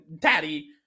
daddy